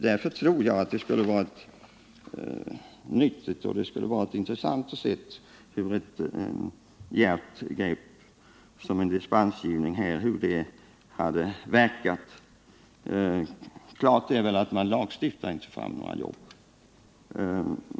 Därför hade det varit både nyttigt och intressant att se hur ett så djärvt grepp som en dispensgivning hade verkat. Det står väl helt klart att man inte kan lagstifta fram några arbeten.